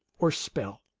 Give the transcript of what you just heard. or spell,